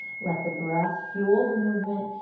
let the breath fuel the movement.